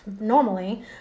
normally